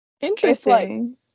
interesting